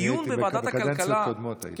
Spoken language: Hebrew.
בקדנציות קודמות הייתי.